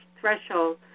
threshold